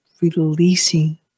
releasing